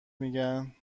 میگن